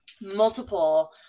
multiple